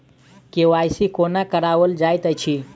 KYC कोना कराओल जाइत अछि?